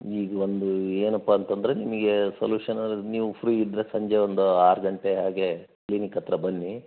ಈಗ ಒಂದು ಏನಪ್ಪ ಅಂತಂದರೆ ನಿಮಗೆ ಸೊಲುಷನ್ ಅಂದ್ರೆ ನೀವು ಫ್ರೀ ಇದ್ದರೆ ಸಂಜೆ ಒಂದು ಆರು ಗಂಟೆ ಹಾಗೆ ಕ್ಲಿನಿಕ್ ಹತ್ರ ಬನ್ನಿ